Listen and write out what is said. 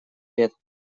лет